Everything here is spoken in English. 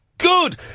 Good